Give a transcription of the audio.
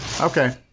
Okay